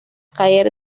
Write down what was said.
caer